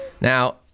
Now